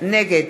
נגד